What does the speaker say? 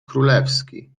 królewski